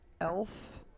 elf